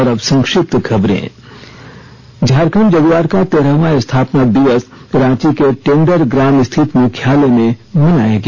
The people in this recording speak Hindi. और अब संक्षिप्त खबरें झारखंड जगुआर का तेरहवां स्थापना दिवस रांची के टेंडर ग्राम स्थित मुख्यालय में मनाया गया